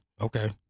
okay